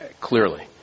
clearly